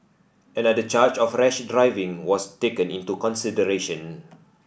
another charge of rash driving was taken into consideration